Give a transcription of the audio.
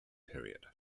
period